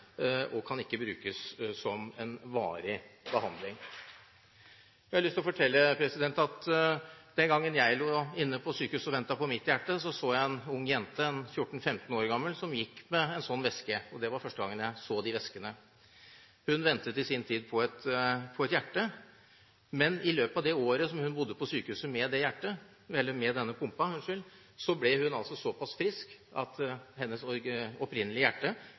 og det kan ikke brukes som en varig behandling. Jeg har lyst til å fortelle at den gangen jeg lå inne på sykehuset og ventet på mitt hjerte, så jeg en ung jente, 14–15 år gammel, som gikk med en sånn veske. Det var første gangen jeg så denne vesken. Hun ventet i sin tid på et hjerte. Men i løpet av det året som hun bodde på sykehuset med denne pumpen, ble hun såpass frisk at hennes opprinnelige hjerte tok tilbake sin funksjon. Hun